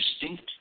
distinct